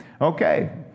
Okay